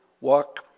walk